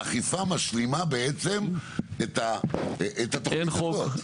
האכיפה משלימה בעצם את התוכנית הזאת.